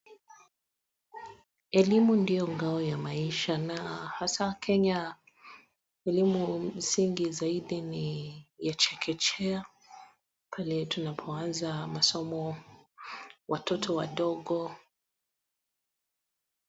Elimu ndio ngao ya maisha, na hasa Kenya elimu msingi zaidi ni ya chekechea, pale tunapoanza masomo watoto wadogo.